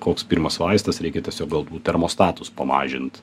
koks pirmas vaistas reikia tiesiog galbūt termostatus pamažint